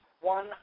one